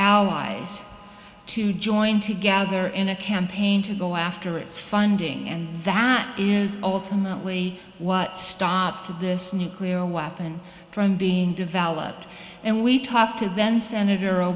allies to join together in a campaign to go after its funding and that is ultimately what stopped of this nuclear weapon from being developed and we talked to then senator o